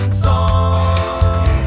song